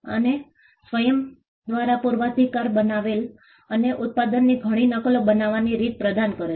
અને સ્વયં દ્વારા પૂર્વાધિકાર બનાવેલ અમને ઉત્પાદનની ઘણી નકલો બનાવવાની રીત પ્રદાન કરે છે